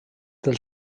del